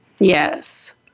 Yes